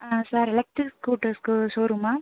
sir electric scooter ஷோரூமா